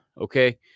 okay